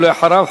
ואחריו,